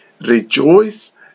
Rejoice